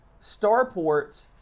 starports